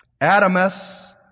Adamus